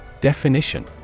Definition